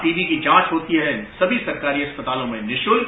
TB की जांच होती है सभी सरकारी अस्पतालों में निःशुल्क